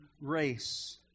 race